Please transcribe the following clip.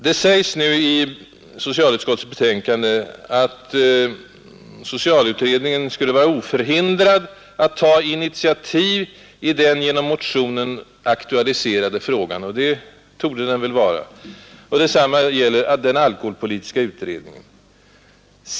Det sägs nu i socialutskottets betänkande att socialutredningen skulle vara oförhindrad att ta initiativ i den genom motionen aktualiserade frågan, och det torde väl utredningen vara, Detsamma gäller den alkoholpolitiska utredningen.